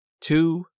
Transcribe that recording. two